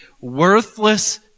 worthless